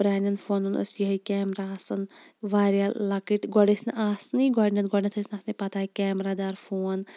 پرٛانیٚن فونَن اوس یِہےَ کیمرا آسان واریاہ لۅکٕٹۍ گۄڈٕ ٲسۍ نہٕ آسنٕے گۄڈنیٚتھ گۄڈنیٚتھ ٲسۍ نہٕ اتھ وۅنۍ پَتاہ کیمرا دار فون